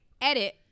Edit